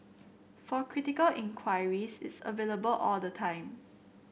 for critical inquiries it's available all the time